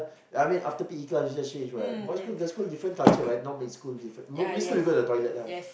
I mean like after P_E class you just change right boy school girl school different culture not mixed school mixed school goes into the toilet